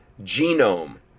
genome